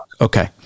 Okay